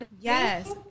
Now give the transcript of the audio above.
Yes